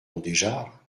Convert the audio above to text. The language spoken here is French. mondéjar